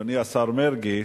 אדוני השר מרגי,